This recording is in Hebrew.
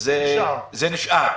זה נשאר.